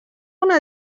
una